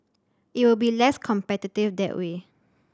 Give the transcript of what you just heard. it will be less competitive that way